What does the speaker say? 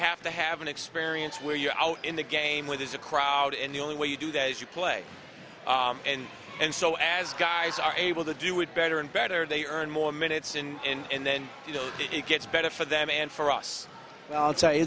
have to have an experience where you're out in the game where there's a crowd and the only way you do that is you play and and so as guys are able to do it better and better they earn more minutes and then you know it gets better for them and for us i